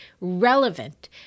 relevant